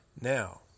Now